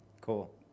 cool